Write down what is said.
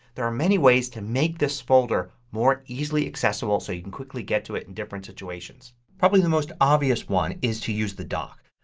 there are many ways to make this folder more easily accessible so you can quickly get to it in different situations. probably the most obvious one is to use the dock.